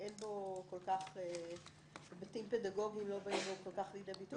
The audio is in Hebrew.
אין בו כל כך היבטים פדגוגיים שבאים לידי ביטוי.